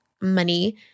money